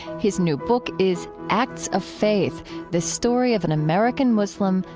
he's new book is acts of faith the story of an american muslim,